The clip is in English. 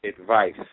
advice